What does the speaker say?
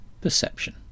Perception